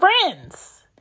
friends